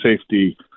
safety